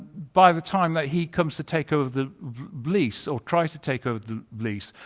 by the time that he comes to take over the lease or try to take over the lease,